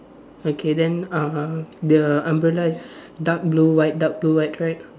okay then uh the umbrella is dark blue white dark blue right